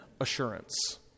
assurance